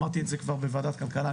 אמרתי את זה כבר בוועדת כלכלה,